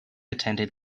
attended